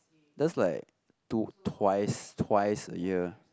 just like two twice twice a year